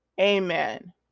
Amen